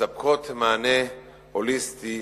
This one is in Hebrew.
ומספקות מענה הוליסטי,